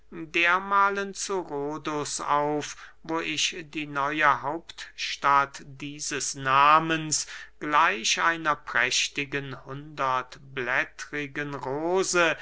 dermahlen zu rhodus auf wo ich die neue hauptstadt dieses nahmens gleich einer prächtigen hundertblättrigen rose